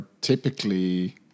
typically